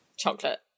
chocolate